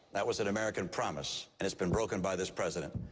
that was an american promise and it's been broken by this president.